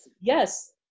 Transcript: Yes